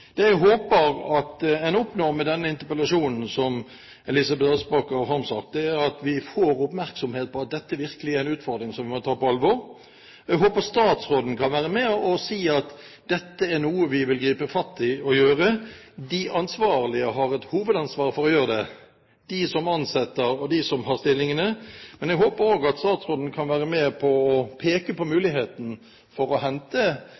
Det jeg håper at vi oppnår med denne interpellasjonen som Elisabeth Aspaker har reist, er at vi får oppmerksomhet rundt dette, og at dette virkelig er en utfordring som vi må ta på alvor. Jeg håper statsråden kan si at dette er noe man vil gripe fatt i og gjøre noe med. De ansvarlige har et hovedansvar for å gjøre det, de som ansetter, og de som har stillingene, men jeg håper også at statsråden kan peke på muligheten for å hente